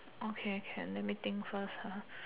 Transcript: okay can let me think first ah